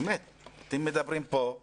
כולם מדברים כאן